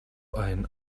ein